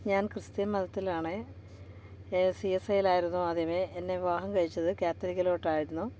ഞാൻ ക്രിസ്ത്യൻ മതത്തിലാണേ C S ഐലായിരുന്നു ആദ്യമേ എന്നെ വിവാഹം കഴിച്ചത് കാത്തലിക്കിലോട്ടായിരുന്നു